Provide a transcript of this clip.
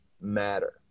matter